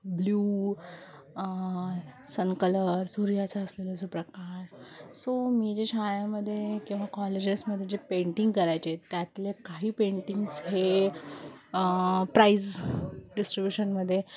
blue sun colour सूर्याचा असलेलं सु प्रकार सो मी जे शाळेमध्ये किंवा कॉलेजेसमध्ये जे पेंटिंग करायचे त्यातले काही पेंटिंग्स हे प्राईज डिस्ट्रिब्युशनमध्ये